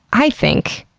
i think,